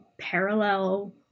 parallel